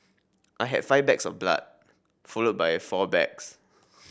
i had five bags of blood followed by four bags